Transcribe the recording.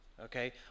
Okay